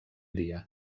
dia